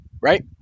right